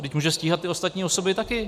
Vždyť může stíhat ty ostatní osoby také.